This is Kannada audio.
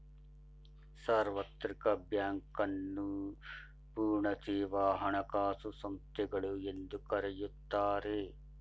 ಸಾರ್ವತ್ರಿಕ ಬ್ಯಾಂಕ್ ನ್ನು ಪೂರ್ಣ ಸೇವಾ ಹಣಕಾಸು ಸಂಸ್ಥೆಗಳು ಎಂದು ಕರೆಯುತ್ತಾರೆ